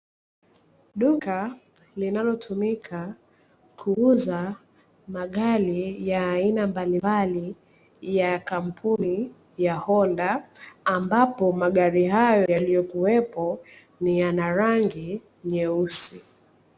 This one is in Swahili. Duka linalotumika kuuza magari ya aina mbalimbali ya kampuni ya honda, ambapo magari hayo yaliyokuwepo ni yana rangi nyeusi.